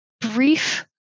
brief